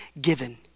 given